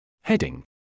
Heading